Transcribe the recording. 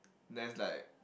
there is like